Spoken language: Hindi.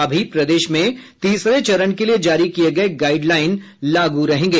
अभी प्रदेश में तीसरे चरण के लिये जारी किये गये गाईडलाईन लागू रहेंगे